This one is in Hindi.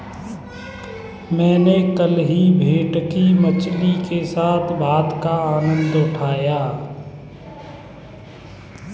मैंने कल ही भेटकी मछली के साथ भात का आनंद उठाया